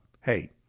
hey